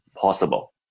possible